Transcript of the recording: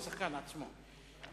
השחקן עצמו,